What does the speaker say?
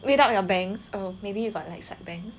without your bangs or maybe you got like side bangs